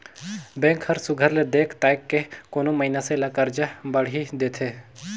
bank हर सुग्घर ले देख ताएक के कोनो मइनसे ल करजा बाड़ही देथे